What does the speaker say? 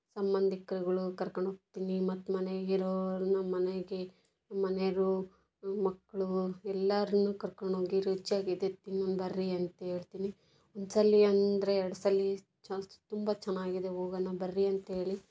ಸಂಬಂಧಿಕರುಗಳು ಕರ್ಕೊಂಡು ಹೋಗ್ತೀನಿ ಮತ್ತು ಮನೆಗಿರೋರನ್ನು ಮನೆಗೆ ಮನೆಯವರು ಮಕ್ಕಳು ಎಲ್ಲರನ್ನು ಕರ್ಕೊಂಡು ಹೋಗಿ ರುಚಿಯಾಗಿದೆ ತಿನ್ನು ಬರ್ರಿ ಅಂತ ಹೇಳ್ತೀನಿ ಒಂದ್ಸಲ ಅಂದರೆ ಎರಡು ಸಲ ಚಾನ್ಸ್ ತುಂಬ ಚೆನ್ನಾಗಿದೆ ಹೋಗೋಣ ಬರ್ರಿ ಅಂತ ಹೇಳಿ